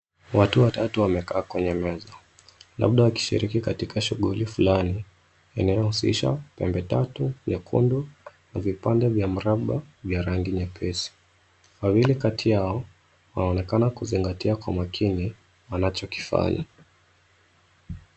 Watu watatu wamekaa kwenye meza. Labda wakishiriki katika shughuli fulani, inayohusisha pembe tatu nyekundu, na vipande vya mraba, vya rangi nyepesi. Wawili kati yao, wanaonekana kuzingatia kwa makini, wanachokifanya.